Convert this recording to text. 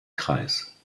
kreis